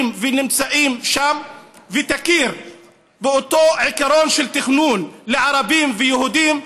ונמצאים שם ותכיר באותו עיקרון של תכנון לערבים וליהודים,